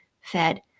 fed